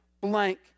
blank